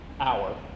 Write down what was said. hour